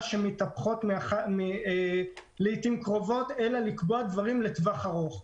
שמתהפכות לעיתים קרובות אלא לקבוע דברים לטווח ארוך.